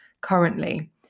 currently